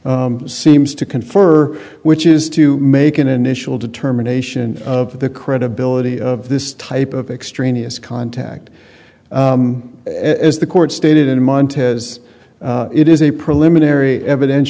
seems to confer which is to make an initial determination of the credibility of this type of extraneous contact as the court stated in montas it is a preliminary eviden